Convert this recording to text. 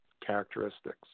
characteristics